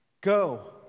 go